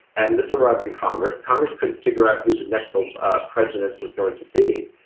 and this arrived in congress. congress couldn't figure out who the next um ah president was going to be.